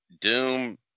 Doom